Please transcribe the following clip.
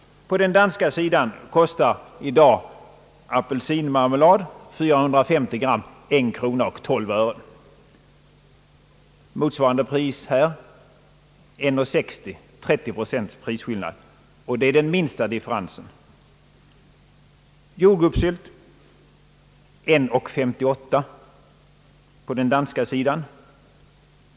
På den danska sidan kostar i dag 450 g apelsinmarmelad kronor 1:12. Motsvarande pris i Sverige är 1:60, d.v.s. 30 procents prisskillnad. Detta är den minsta differensen. Jordgubbssylt kostar kronor 1:58 för 450 g på den danska sidan.